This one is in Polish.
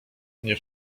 nie